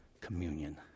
communion